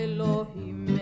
Elohim